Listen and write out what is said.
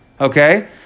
Okay